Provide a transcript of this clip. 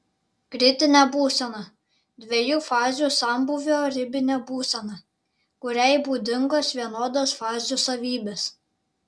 kritinė būsena dviejų fazių sambūvio ribinė būsena kuriai būdingos vienodos fazių savybės